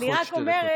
אני רק אומרת